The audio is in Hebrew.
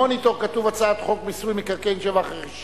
במוניטור: הצעת חוק מיסוי מקרקעין (שבח ורכישה).